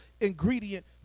ingredient